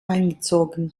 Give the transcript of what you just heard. eingezogen